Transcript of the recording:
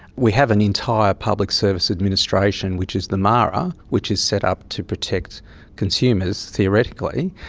we have an entire public service administration, which is the mara, which is set up to protect consumers, theoretically.